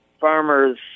farmers